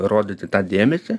rodyti tą dėmesį